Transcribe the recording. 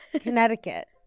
Connecticut